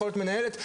מנהלת,